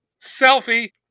Selfie